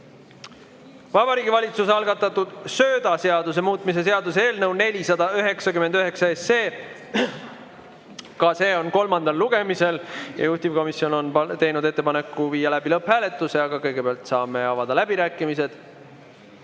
Vabariigi Valitsuse algatatud söödaseaduse muutmise seaduse eelnõu 499. Ka see on kolmandal lugemisel ja juhtivkomisjon on teinud ettepaneku viia läbi lõpphääletus. Aga kõigepealt saame avada läbirääkimised.